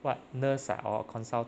what nurse or consult